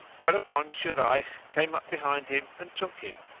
whereupon shurayh came behind him, and took him.